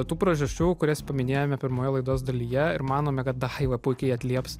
tų priežasčių kurias paminėjome pirmoje laidos dalyje ir manome kad daiva puikiai atlieps